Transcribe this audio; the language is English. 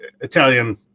Italian